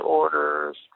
orders